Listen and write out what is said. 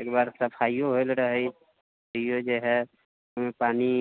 एकबार सफाइयो भेल रहै तैयो जे हय ओहिमे पानि